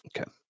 Okay